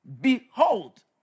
behold